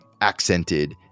accented